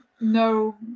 no